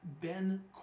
Ben